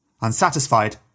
Unsatisfied